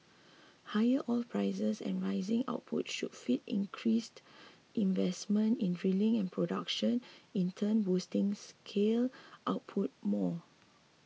higher oil prices and rising output should feed increased investment in drilling and production in turn boosting shale output more